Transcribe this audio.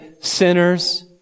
sinners